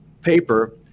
paper